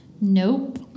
Nope